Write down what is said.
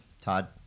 Todd